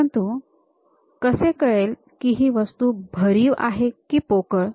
परंतु हे कसे कळेल की ही वस्तू भरीव आहे की पोकळ